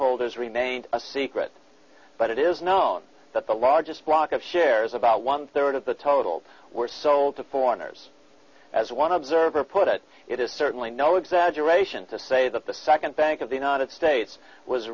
stockholders remained a secret but it is known that the largest block of shares about one third of the total were sold to foreigners as one observer put it it is certainly no exaggeration to say that the second bank of the united states was